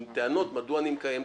עם טענות מדוע אני מקיים דיון.